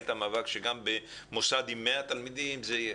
את המאבק שגם במוסד עם 100 תלמידים זה יהיה.